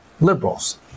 liberals